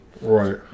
Right